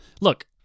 Look